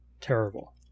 terrible